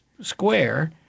square